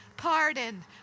Pardon